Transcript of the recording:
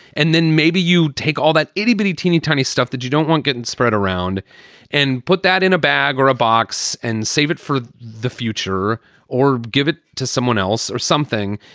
and then maybe you take all that anybody teeny tiny stuff that you don't want get and spread around and put that in a bag or a box and save it for the future or give it to someone else or something.